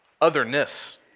otherness